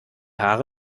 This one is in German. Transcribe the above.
haare